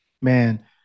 Man